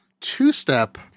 two-step –